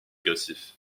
agressif